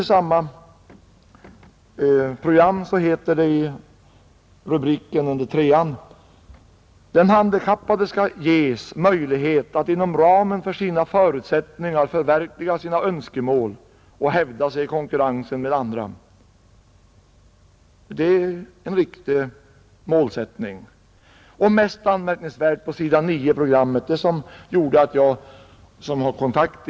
På s. 7 i programmet heter det under rubriken Förberedande verksamhet: ”I många fall är en omsorgsfull förberedelse nödvändig, om den handikappade skall ges möjlighet att inom ramen för sina förutsättningar förverkliga sina önskemål och hävda sig i konkurrensen med andra.” Det är ju en alldeles riktig målsättning. Men det mest anmärkningsvärda återfinns på s. 9, och det var också det som gjorde att jag tog upp denna sak.